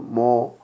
more